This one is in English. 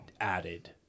added